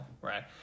right